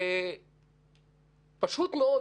ופשוט מאוד,